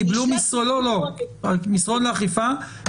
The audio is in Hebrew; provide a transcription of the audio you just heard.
מסרון לאכיפה,